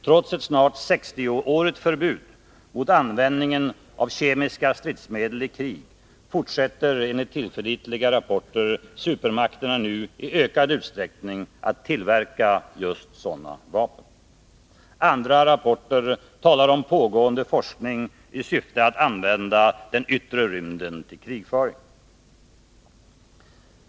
Trots ett snart 60-årigt förbud mot användningen av kemiska stridsmedel i krig fortsätter, enligt tillförlitliga rapporter, supermakterna nu i ökad utsträckning att tillverka just sådana vapen. Andra rapporter talar om pågående forskning i syfte att använda den yttre rymden till krigföring.